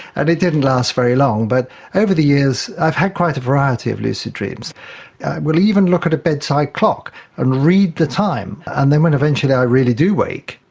and it didn't last very long. but over the years i've had quite a variety of lucid dreams. i will even look at a bedside clock and read the time. and then when eventually i really do wake,